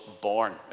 born